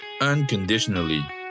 unconditionally